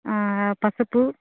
పసుపు